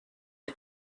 her